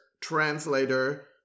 translator